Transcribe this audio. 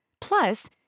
Plus